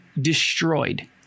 destroyed